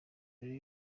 mbere